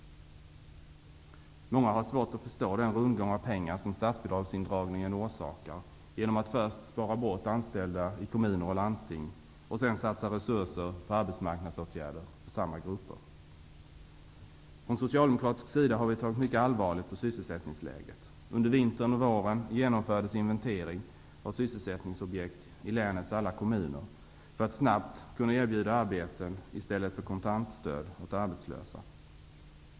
Många har svårt att förstå den rundgång av pengar som statsbidragsindragningen orsakar genom att man först sparar in anställda i kommuner och landsting och sedan satsar resurser på arbetsmarknadsåtgärder för samma grupper. Från socialdemokratisk sida har vi tagit mycket allvarligt på sysselsättningsläget. Under vintern och våren genomfördes inventering av sysselsättningsobjekt i länets alla kommuner för att man snabbt skulle kunna erbjuda arbeten i stället för kontantstöd åt arbetslösa.